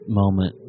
moment